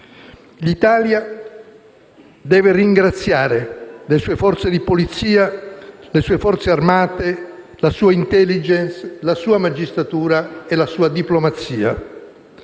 L'Italia deve ringraziare le sue forze di polizia, le sue Forze armate, la sua *intelligence*, la sua magistratura e la sua diplomazia.